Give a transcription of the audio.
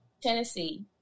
Tennessee